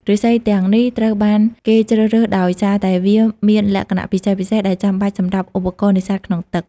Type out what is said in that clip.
ឫស្សីទាំងនេះត្រូវបានគេជ្រើសរើសដោយសារតែវាមានលក្ខណៈពិសេសៗដែលចាំបាច់សម្រាប់ឧបករណ៍នេសាទក្នុងទឹក។